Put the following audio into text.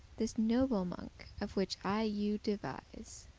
this noble monk, of which i you devise,